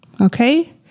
Okay